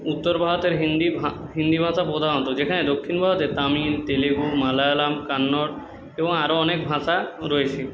উত্তর ভারতের হিন্দি হিন্দি ভাষা প্রধানত যেখানে দক্ষিণ ভারতে তামিল তেলেগু মালায়ালাম কান্নড় এবং আরও অনেক ভাষা রয়েছে